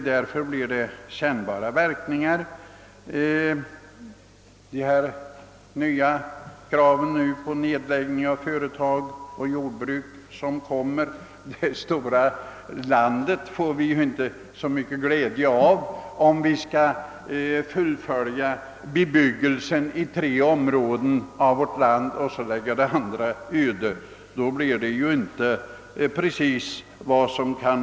Därför blir verkningarna av nedläggningen av företag och jordbruk mycket kännbara, och vi får ute i landet inte så mycket glädje av att bo i ett stort land, i synnerhet inte om vi skall öka bebyggelsen i bara tre områden och lägga resten av landet öde.